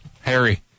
Harry